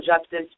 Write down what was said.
justice